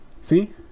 See